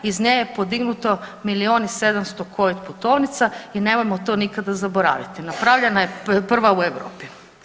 Iz nje je podignutno milijun i 700 covid putovnica i nemojmo to nikada zaboraviti, napravljena je prva u Europi.